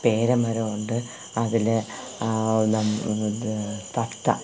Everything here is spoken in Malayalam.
പേര മരം ഉണ്ട് അതില് നം തത്ത